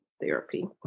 therapy